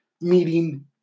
meeting